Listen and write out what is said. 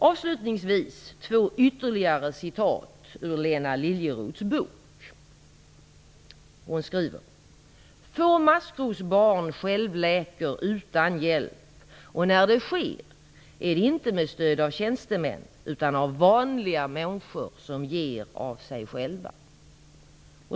Avslutningsvis vill jag läsa ytterligare två utdrag ut Lena Liljeroths bok. Hon skriver: Få maskrosbarn självläker utan hjälp. När det sker är det inte med stöd av tjänstemän utan av vanliga människor som ger av sig själva.